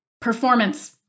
performance